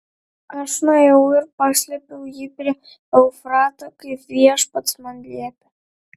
aš nuėjau ir paslėpiau jį prie eufrato kaip viešpats man liepė